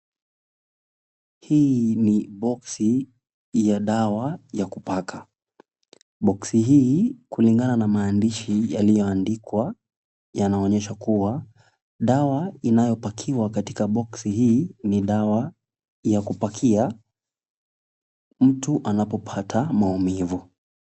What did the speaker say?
Hii ni boksi ya dawa ya kupaka , boksi hii kulingana na maandashi yaliyoandikwa yanaonyesha kuwa dawa inayopakiwa katika boksi hii ni dawa ya kupakia mtu anapopata maumivu.